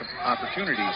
opportunities